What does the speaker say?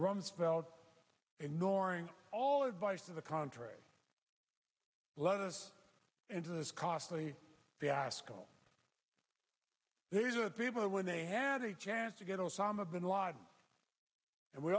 rumsfeld ignoring all advice to the contrary let us into this costly fiasco these are the people who when they had a chance to get osama bin laden and we